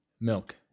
Milk